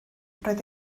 roedd